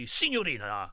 signorina